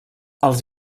els